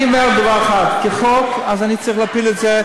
אני אומר דבר אחד: כחוק, אני צריך להפיל את זה,